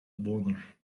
boner